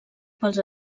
pels